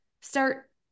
start